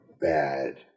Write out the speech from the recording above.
bad